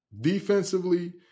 Defensively